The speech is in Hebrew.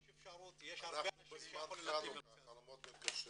יש אפשרות --- אנחנו בחנוכה, חלומות מתגשמים.